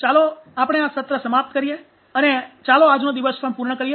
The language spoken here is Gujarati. ચાલો આપણે આ સત્ર સમાપ્ત કરીએ અને ચાલો આજનો દિવસ પૂર્ણ કરીએ